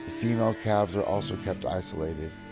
female calves are also kept isolated,